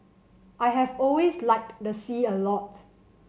I have always liked the sea a lot